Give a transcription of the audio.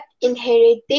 inheriting